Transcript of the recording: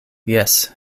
jes